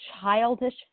childish